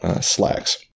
slacks